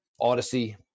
Odyssey